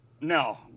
No